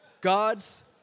God's